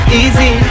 easy